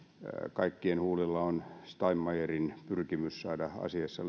kaikkien huulilla on steinmeierin pyrkimys saada asiassa